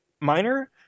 minor